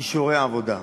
אישורי העבודה.